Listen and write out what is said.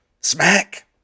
smack